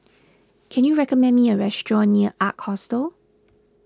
can you recommend me a restaurant near Ark Hostel